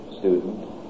student